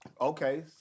Okay